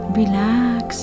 relax